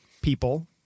people